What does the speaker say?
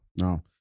No